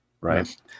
right